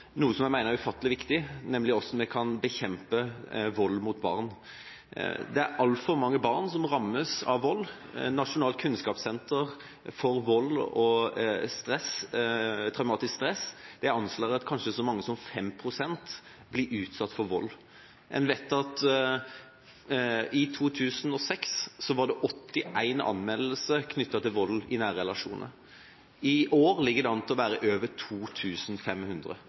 noe som jeg mener er ufattelig viktig, nemlig hvordan vi kan bekjempe vold mot barn. Det er altfor mange barn som rammes av vold. Nasjonalt kunnskapssenter om vold og traumatisk stress anslår at kanskje så mange som 5 pst. blir utsatt for vold. En vet at i 2006 var 81 anmeldelser knyttet til vold i nære relasjoner. I år ligger det an til å være over